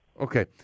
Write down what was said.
Okay